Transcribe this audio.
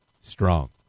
Strong